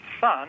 son